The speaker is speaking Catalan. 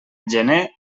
gener